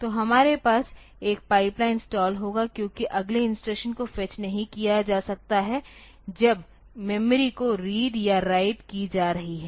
तो हमारे पास एक पाइपलाइन स्टाल होगा क्योंकि अगले इंस्ट्रक्शन को फेच नहीं किया जा सकता है जब मेमोरी को रीड या राइट की जा रही है